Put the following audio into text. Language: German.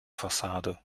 fassade